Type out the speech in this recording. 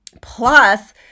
Plus